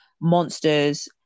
monsters